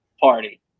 party